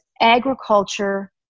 agriculture